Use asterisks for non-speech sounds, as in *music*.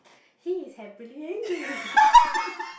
he is happily angry *laughs*